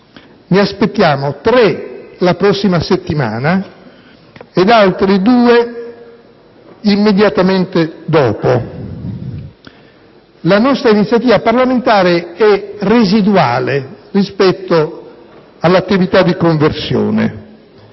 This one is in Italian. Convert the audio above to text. ne aspettiamo tre la prossima settimana e altri due immediatamente dopo. La nostra iniziativa parlamentare è residuale rispetto all'attività di conversione.